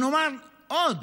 נאמר עוד